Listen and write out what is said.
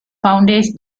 founders